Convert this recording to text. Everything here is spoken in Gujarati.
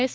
એસ